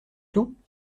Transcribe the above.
tout